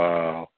Wow